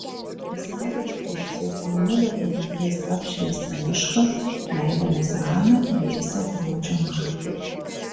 į smagią ekskursiją po mėnulio pilnaties apšviestą mišką leidomės ramią vėsią gruodžio naktį